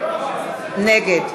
נגד